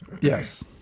Yes